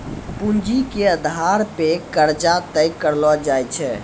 पूंजी के आधार पे कर्जा तय करलो जाय छै